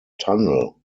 tunnel